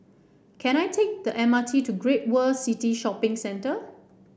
can I take the M R T to Great World City Shopping Centre